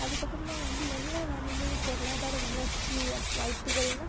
அதுக்கப்புறமா வந்து என்ன வணிகம் பொருளாதார வளர்ச்சி வாய்ப்புகள்னா